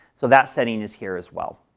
so that setting is here as well.